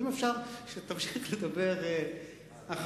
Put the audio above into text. אם אפשר, תמשיך לדבר אחרון.